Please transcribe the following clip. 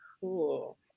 Cool